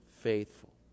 faithful